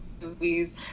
movies